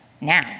Now